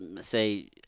say